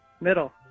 Middle